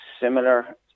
similar